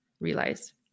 realize